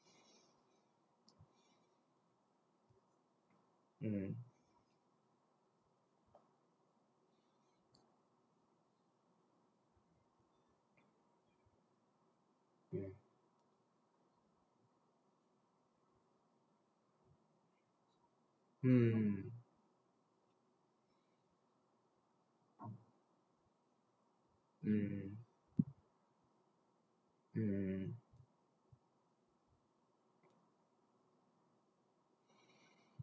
mm mm mm mm mm